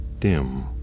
dim